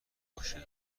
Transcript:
باشه